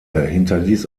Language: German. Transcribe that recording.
hinterließ